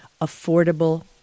affordable